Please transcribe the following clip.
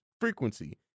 frequency